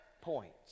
points